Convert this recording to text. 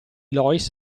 loïs